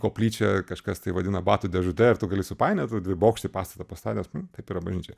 koplyčią kažkas tai vadina batų dėžute ir tu gali supainiot dvibokštį pastatą pastatęs taip yra bažnyčia